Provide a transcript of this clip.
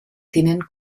tinent